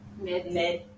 mid-mid –